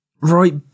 right